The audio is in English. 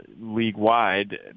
league-wide